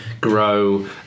grow